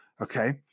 okay